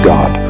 God